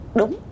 đúng